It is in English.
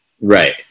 right